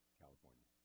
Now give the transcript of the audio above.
California